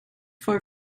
for